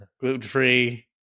gluten-free